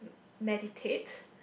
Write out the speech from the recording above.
meditate